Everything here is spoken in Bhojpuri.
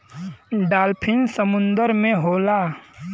डालफिन समुंदर में होला